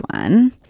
one